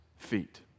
feet